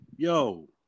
Yo